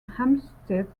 hampstead